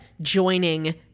joining